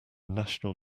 national